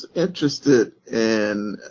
interested in.